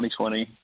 2020